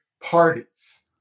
parties